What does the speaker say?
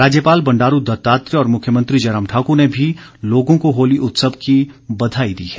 राज्यपाल बंडारू दत्तात्रेय और मुख्यमंत्री जयराम ठाकुर ने भी लोगों को होली उत्सव की बधाई दी है